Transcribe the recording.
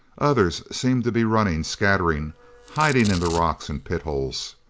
others seemed to be running, scattering hiding in the rocks and pit-holes.